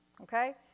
Okay